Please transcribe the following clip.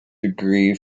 degree